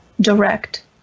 direct